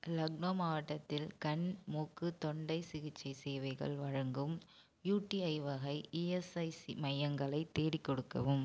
லக்னோ மாவட்டத்தில் கண் மூக்கு தொண்டை சிகிச்சை சேவைகள் வழங்கும் யுடிஐ வகை இஎஸ்ஐசி மையங்களைத் தேடிக் கொடுக்கவும்